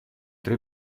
tre